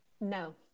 No